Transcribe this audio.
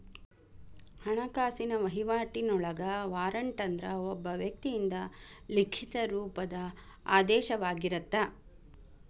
ಹಣಕಾಸಿನ ವಹಿವಾಟಿನೊಳಗ ವಾರಂಟ್ ಅಂದ್ರ ಒಬ್ಬ ವ್ಯಕ್ತಿಯಿಂದ ಲಿಖಿತ ರೂಪದ ಆದೇಶವಾಗಿರತ್ತ